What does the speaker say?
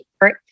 right